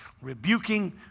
rebuking